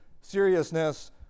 seriousness